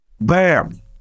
Bam